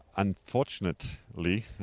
Unfortunately